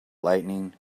lightning